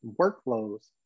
workflows